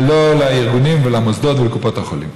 ולא לארגונים ולמוסדות ולקופות החולים.